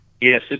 Yes